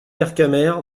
vercamer